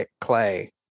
Clay